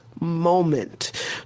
moment